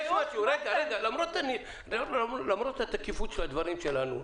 למרות התקיפות של הדברים שלנו,